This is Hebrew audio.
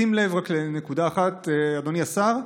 שים לב רק לנקודה אחת, אדוני השר,